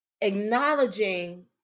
acknowledging